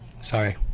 Sorry